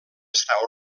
estar